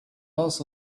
also